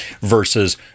versus